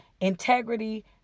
integrity